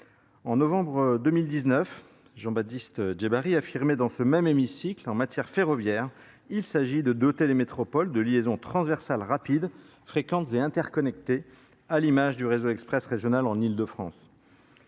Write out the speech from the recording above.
mille dix neuf jean baptiste djem affirmait dans ce même dans ce même hémicycle en matière ferroviaire il s'agit de doter les métropoles de liaisons transversales rapides fréquentes et interconnectées à l'image du réseau express régional de france